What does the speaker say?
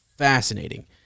fascinating